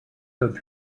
through